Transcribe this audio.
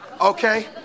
okay